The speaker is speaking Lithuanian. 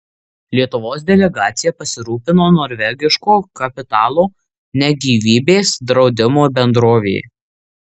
lietuvos delegacija pasirūpino norvegiško kapitalo ne gyvybės draudimo bendrovė